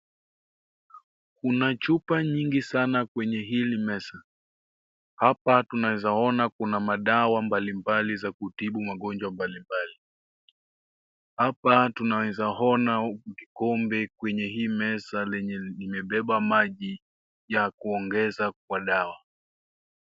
Kuna chupa nyingi sana kwenye hili meza, hapa tunaweza ona kuna madawa mbalimbali za kutibu magonjwa mbalimbali, hapa tunawezaona vikombe kwenye hili meza lenye limebeba maji ya kuongeza kwa dawa.